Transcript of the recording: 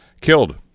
killed